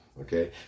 Okay